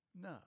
No